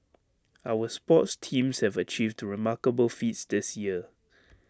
our sports teams have achieved remarkable feats this year